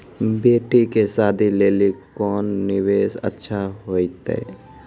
बेटी के शादी लेली कोंन निवेश अच्छा होइतै?